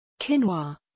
Quinoa